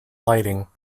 lighting